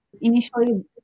initially